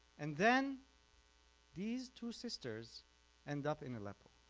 and then these two sisters end up in a aleppo.